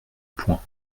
point